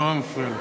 זה נורא מפריע לי.